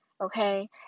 okay